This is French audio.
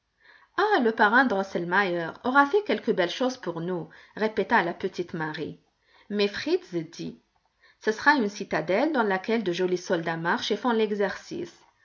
ah le parrain drosselmeier aura fait quelque belle chose pour nous répéta la petite marie mais fritz dit ce sera une citadelle dans laquelle de jolis soldats marchent et font l'exercice